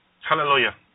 Hallelujah